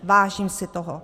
Vážím si toho.